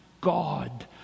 God